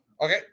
Okay